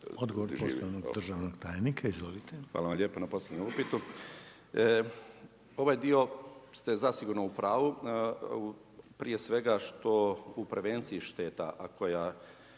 Odgovor poštovanog državnog tajnika, izvolite. **Zrinušić, Zdravko** Hvala lijepo na upitu. Ovaj dio ste zasigurno u pravu, prije svega što u prevenciji šteta, a koju